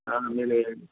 ఆ మీరు ఏం